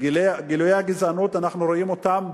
גילויי הגזענות, אנחנו רואים אותם